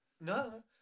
No